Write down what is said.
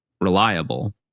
reliable